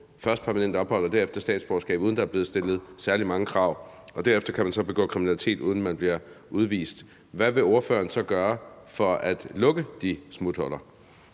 først permanent ophold og derefter statsborgerskab, uden at der er blevet stillet særlig mange krav. Og derefter kan man så begå kriminalitet, uden at man bliver udvist. Hvad vil ordføreren så gøre for at lukke de smuthuller?